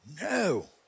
No